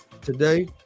today